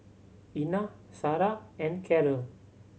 Ina Sara and Carol